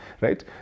right